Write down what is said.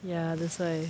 ya that's why